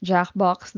Jackbox